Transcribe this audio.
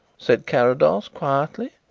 said carrados quietly.